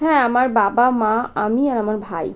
হ্যাঁ আমার বাবা মা আমি আর আমার ভাই